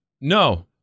No